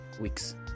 weeks